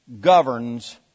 governs